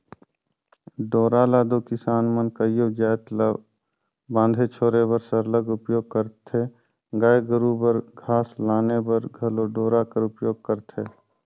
डोरा ल दो किसान मन कइयो जाएत ल बांधे छोरे बर सरलग उपियोग करथे गाय गरू बर घास लाने बर घलो डोरा कर उपियोग करथे